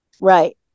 Right